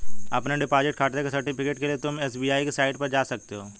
अपने डिपॉजिट खाते के सर्टिफिकेट के लिए तुम एस.बी.आई की साईट पर जा सकते हो